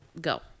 Go